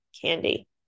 candy